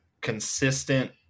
consistent